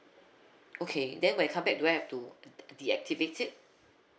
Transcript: okay then when I come back do I have to deactivate it